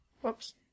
Whoops